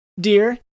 Dear